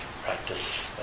practice